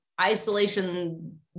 Isolation